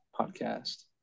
podcast